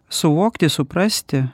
suvokti suprasti